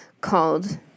called